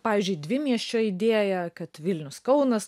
pavyzdžiui dvimiesčio idėja kad vilnius kaunas